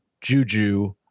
Juju